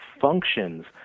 functions